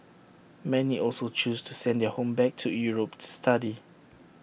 many also chose to send their home back to Europe to study